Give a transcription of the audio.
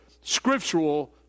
scriptural